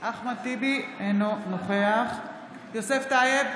אינו נוכח יוסף טייב,